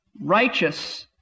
righteous